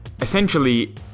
Essentially